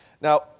Now